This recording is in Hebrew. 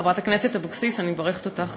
חברת הכנסת אבקסיס, אני מברכת אותך